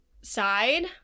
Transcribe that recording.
side